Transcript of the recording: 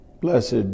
Blessed